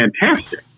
fantastic